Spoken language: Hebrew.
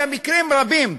במקרים רבים,